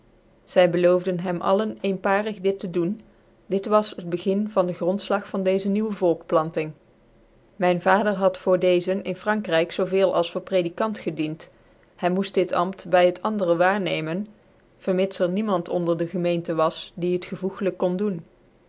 zy beloofde hem alle eenparig dit tc doen dit was het begin cn dc grondflag vart deze nieuwe volkplanting myn vader had voor dcczen in vrankryk zoo veel als voor prcdicant gedient hy moeft dit ampt by het andere waarnecmen vermits cr niemand onder dc gemeente was die het gcvoeglyk kondc doen